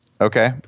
Okay